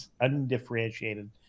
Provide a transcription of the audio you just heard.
undifferentiated